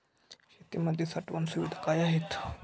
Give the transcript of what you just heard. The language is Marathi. शेतीमध्ये साठवण सुविधा काय आहेत?